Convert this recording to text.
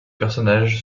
personnages